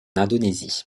indonésie